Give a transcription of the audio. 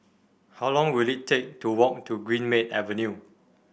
how long will it take to walk to Greenmead Avenue